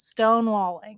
stonewalling